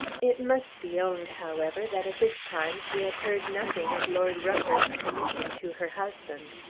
it must be owned, however, that at this time she had heard nothing of lord rufford's commission to her husband.